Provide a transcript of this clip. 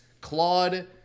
Claude